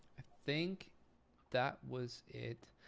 think that was it.